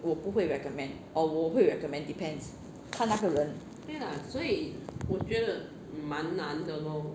我不会 recommend or 我会 recommend depends 看那个人